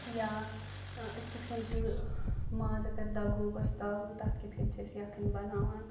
یا أسۍ کِتھٕ کٔنۍ چھِ ماز اگر دَگو گۅشتاب تتھ کِتھٕ کٔنۍ چھِ أسۍ یَکھٕنۍ بَناوان